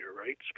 right